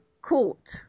court